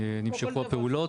נמשכו הפעולות,